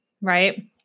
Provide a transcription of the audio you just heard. right